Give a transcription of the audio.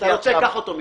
אתה רוצה, קח אותו מפה.